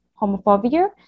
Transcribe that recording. homophobia